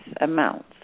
amounts